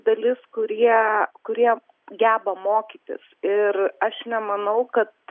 dalis kurie kurie geba mokytis ir aš nemanau kad